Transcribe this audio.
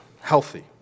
Healthy